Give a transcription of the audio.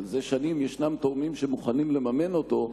זה שנים יש תורמים שמוכנים לממן אותו,